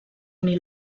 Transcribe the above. mil